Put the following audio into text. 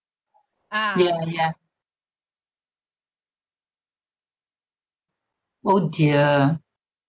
ya ya oh dear